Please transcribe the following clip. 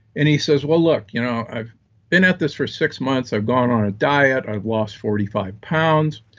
and he says, well, look, you know i've been at this for six months, i've gone on a diet, i've lost forty five pounds,